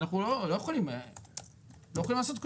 הם לא יכולים לעשות כלום.